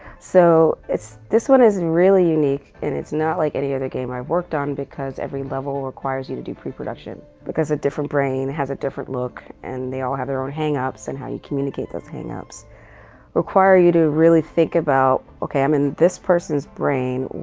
so it's, this one is really unique, and it's not like any other game i've worked on because every level requires you to do pre-production, because a different brain has a different look. and they all have their own hangups, and how you communicate those hangups require you to really think about, okay, i'm in this person's brain.